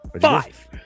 Five